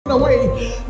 away